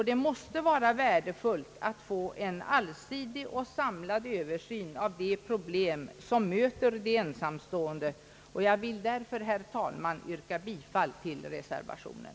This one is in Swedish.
Det måste vara värdefullt att få en allsidig och samlad översyn av de problem som möter de ensamstående. Jag ber därför, herr talman, att få yrka bifall till reservationen.